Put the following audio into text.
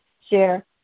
share